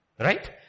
Right